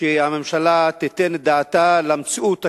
שהממשלה תיתן את דעתה למציאות הקיימת,